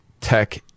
tech